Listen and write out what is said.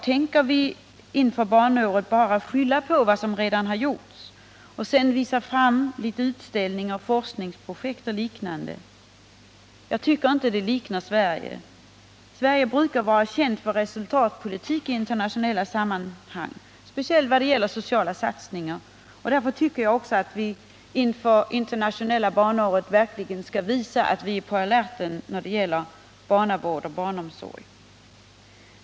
Kommer vi inför barnåret bara att hänvisa till vad som redan gjorts och visa fram litet utställningar, forskningsprojekt och liknande? Jag tycker inte att det liknar Sverige. Sverige brukar vara känt för resultatpolitik i internationella sammanhang, speciellt vad gäller sociala satsningar. Därför tycker jag att vi inför internationella barnåret verkligen skall visa att vi är på alerten när det gäller barnavård och barnomsorg.